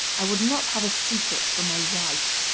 i would not have a secret from my wife.